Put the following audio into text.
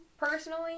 personally